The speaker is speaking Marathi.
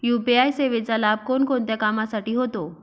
यू.पी.आय सेवेचा लाभ कोणकोणत्या कामासाठी होतो?